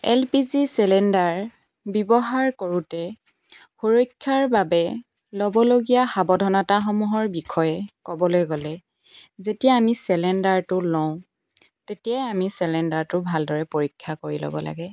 L P G cylinder ব্যৱহাৰ কৰোঁতে সুৰক্ষ্যাৰ বাবে ল'বলগীয়া সাৱধানতাসমূহৰ বিষয়ে ক'বলৈ গ'লে যেতিয়া আমি চিলিণ্ডাৰটো লওঁ তেতিয়াই আমি চিলিণ্ডাৰটো ভালদৰে পৰীক্ষা কৰি ল'ব লাগে